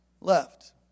left